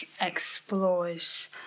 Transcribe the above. explores